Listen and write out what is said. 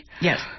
Yes